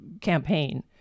campaign